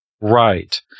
Right